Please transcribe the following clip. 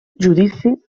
judici